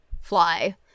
fly